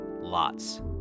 Lots